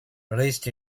released